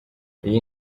iyi